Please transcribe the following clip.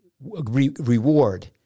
reward